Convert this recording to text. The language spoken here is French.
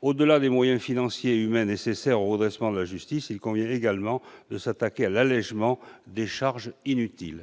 question des moyens financiers et humains nécessaires au redressement de la justice, il convient également de s'attaquer à l'allégement des charges inutiles.